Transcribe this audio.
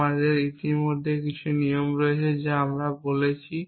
আমাদের ইতিমধ্যেই কিছু নিয়ম রয়েছে যা আমরা বলেছি